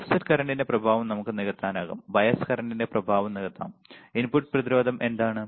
offset കറന്റിന്റെ പ്രഭാവം നമുക്ക് നികത്താനാകും ബയസ് കറന്റിന്റെ പ്രഭാവം നികത്താം ഇൻപുട്ട് പ്രതിരോധം എന്താണ്